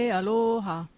aloha